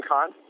Con